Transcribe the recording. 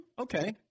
okay